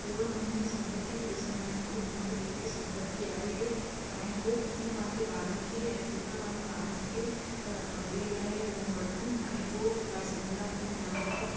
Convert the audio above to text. उहे उन्हनि जी संपत्ति बि ॾिसंदा आहिनि की उन्हनि खे केतिरी संपत्ति आहे ऐं उहो कीअं पंहिंजे ॿारनि खे ऐं छो त पंहिंजे ॿारनि खे पढ़ाईअ लाइ लोन वठनि ऐं पोइ चुकाए सघंदा की न आए